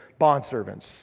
bondservants